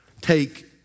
take